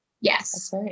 Yes